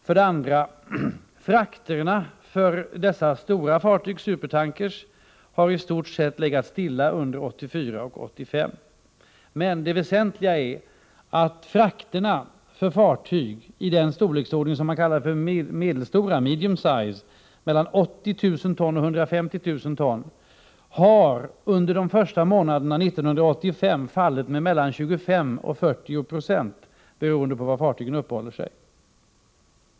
Frakterna för dessa stora fartyg, supertankrar, har i stort sett legat stilla under 1984 och 1985. Men det väsentliga är att frakterna för fartyg av den storlek som man kallar medelstora — medium size — alltså på mellan 80 000 ton och 150 000 ton, under de första månaderna 1985 har fallit med mellan 25 och 40 96, beroende på var fartygen uppehåller sig.